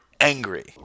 angry